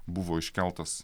buvo iškeltas